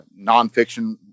nonfiction